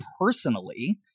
personally